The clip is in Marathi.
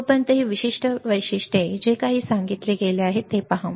तोपर्यंत ही विशिष्ट वैशिष्ट्ये जे काही सांगितले गेले आहे ते पहा